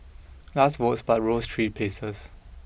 lost votes but rose three places